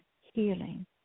healing